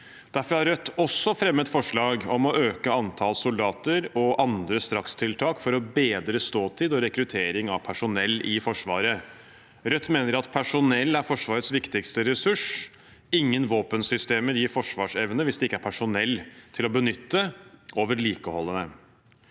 Derfor har Rødt også fremmet forslag om å øke antallet soldater og andre strakstiltak for å bedre ståtiden og rekrutteringen av personell i Forsvaret. Rødt mener at personell er Forsvarets viktigste ressurs. Ingen våpensystemer gir forsvarsevne hvis det ikke er personell til å benytte og vedlikeholde